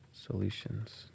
Solutions